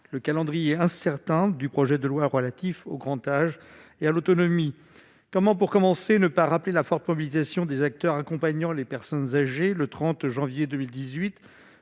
le calendrier incertain du projet de loi relatif au grand âge et à l'autonomie, comment, pour commencer, ne pas rappeler la forte mobilisation des acteurs accompagnant les personnes âgées, le 30 janvier 2018